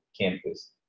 campus